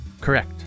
Correct